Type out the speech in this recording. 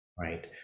right